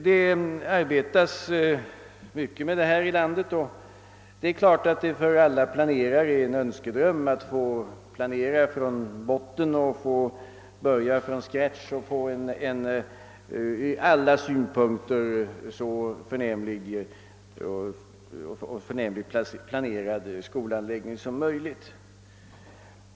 Det arbetas mycket med detta ute i landet, och självfallet är det för alla planerare en önskedröm att få börja planläggningen från botten för att erhålla en ur alla synpunkter så förnämligt utformad skolanläggning som möjligt.